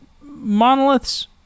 monoliths